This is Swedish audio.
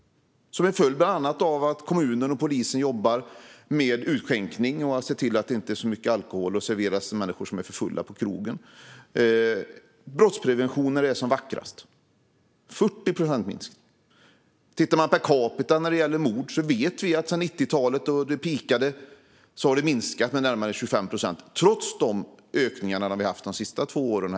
De har gjort det bland annat till följd av att kommunen och polisen jobbar med utskänkningen och ser till att det inte finns så mycket alkohol och att den inte serveras till människor som är för fulla på krogen. Det är brottsprevention när den är som vackrast. Det har skett en 40-procentig minskning. När det gäller mord per capita vet vi att det har minskat med närmare 25 procent sedan 90-talet, då det peakade, trots de ökningar som har skett de senaste två åren.